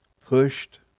pushed